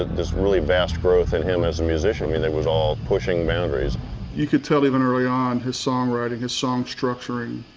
this really vast growth in him as a musician. i mean, it was all pushing boundaries. terry you could tell even early on, his song writing, his song structuring.